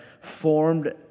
formed